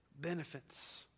benefits